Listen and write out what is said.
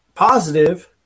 Positive